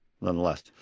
nonetheless